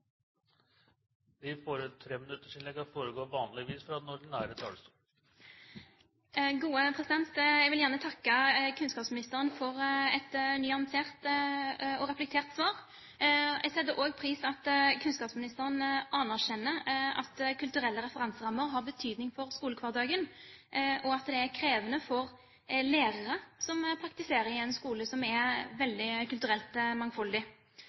svar. Jeg setter også pris på at kunnskapsministeren anerkjenner at kulturelle referanserammer har betydning for skolehverdagen, og at det er krevende for lærere som praktiserer i en skole som er veldig kulturelt mangfoldig.